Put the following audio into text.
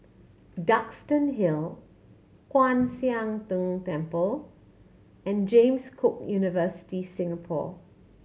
Duxton Hill Kwan Siang Tng Temple and James Cook University Singapore